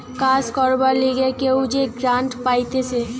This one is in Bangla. কাজ করবার লিগে কেউ যে গ্রান্ট পাইতেছে